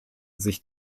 sich